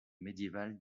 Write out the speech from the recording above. médiévale